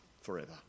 forever